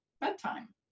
bedtime